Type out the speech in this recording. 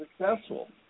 successful